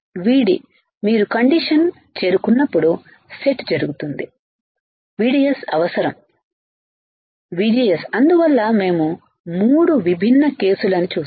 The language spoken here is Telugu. VD మీరు కండిషన్ ని చేరుకున్నప్పుడు సెట్ జరుగుతుంది VDS అవసరం VGS VG అందువల్ల మేం 3 విభిన్న కేసుల ని చూశాం